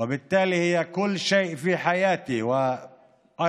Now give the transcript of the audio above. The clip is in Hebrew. בתו של דודי מצד האב ובתי של דודי מצד